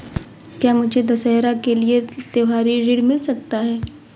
क्या मुझे दशहरा के लिए त्योहारी ऋण मिल सकता है?